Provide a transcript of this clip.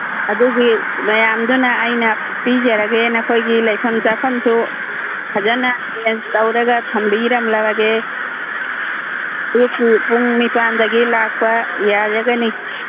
ꯑꯗꯨꯒꯤ ꯃꯌꯥꯝꯗꯨꯅ ꯑꯩꯅ ꯄꯤꯖꯔꯒꯦ ꯅꯈꯣꯏꯒꯤ ꯂꯩꯐꯝ ꯆꯥꯐꯝꯁꯨ ꯐꯖꯅ ꯑꯦꯔꯦꯟꯁ ꯇꯧꯔꯒ ꯊꯝꯕꯤꯔꯝꯂꯒꯦ ꯑꯌꯨꯛꯀꯤ ꯄꯨꯡ ꯅꯤꯄꯥꯜꯗꯒꯤ ꯂꯥꯛꯄ ꯌꯥꯔꯒꯅꯤ